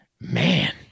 man